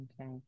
Okay